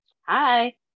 Hi